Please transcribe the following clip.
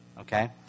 Okay